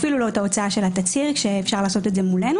אפילו לא את ההוצאה של התצהיר כשאפשר לעשות את זה מולנו.